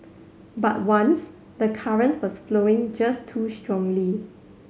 but once the current was flowing just too strongly